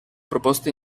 proposte